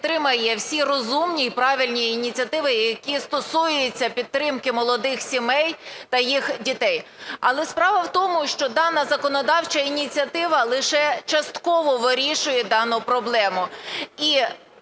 підтримає всі розумні і правильні ініціативи, які стосуються підтримки молодих сімей та їх дітей. Але справа в тому, що дана законодавча ініціатива лише частково вирішує дану проблему.